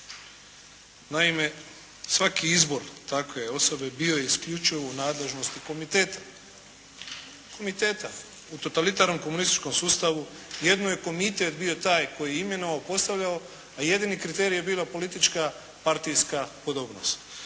Naime, svaki izbor takve osobe bio je isključivo u nadležnosti komiteta. Komiteta. U totalitarnom komunističkom sustavu jedino je komitet bio taj koji je imenovao i postavljao, a jedini kriterij je bilo politička partijska podobnost.